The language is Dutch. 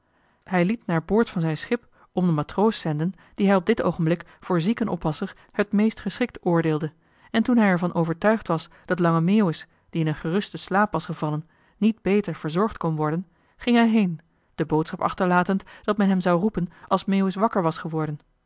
hij liet naar boord van zijn schip om den matroos zenden dien hij op dit oogenblik voor ziekenoppasser het meest geschikt oordeelde en toen hij er van overtuigd was dat lange meeuwis die in een gerusten slaap was gevallen niet beter verzorgd kon worden ging hij heen de boodschap achterlatend dat men hem zou roepen als meeuwis wakker was geworden